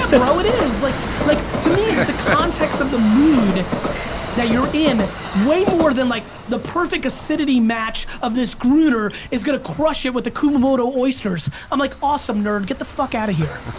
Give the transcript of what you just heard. bro, it is. like like to me, it's the context of the mood that you're in way more than like the perfect acidity match of this gruner is gonna crush it with the kumamoto oysters. i'm like awesome nerd, get the fuck out of here.